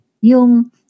Yung